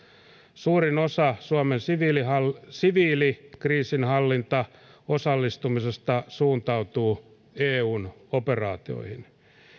suurin osa suomen siviilikriisinhallintaosallistumisesta suuntautuu eun operaatioihin